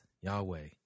Yahweh